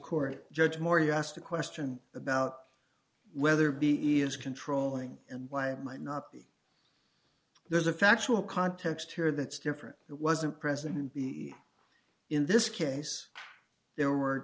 court judge moore you asked a question about whether b e is controlling and why it might not be there's a factual context here that's different it wasn't president b in this case there were